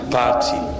party